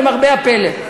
למרבה הפלא.